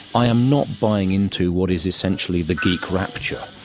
i am not buying in to what is essentially the geek rapture.